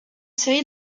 série